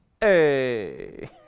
hey